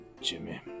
Jimmy